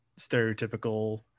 stereotypical